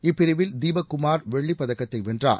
இப்பிரிவில் தீபக் குமார் வெள்ளிப் பதக்கத்தை வென்றார்